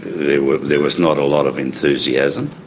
there there was not a lot of enthusiasm.